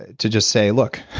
to just say look